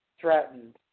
threatened